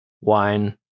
wine